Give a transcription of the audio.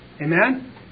Amen